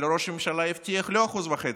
אבל ראש הממשלה הבטיח לא 1.5%,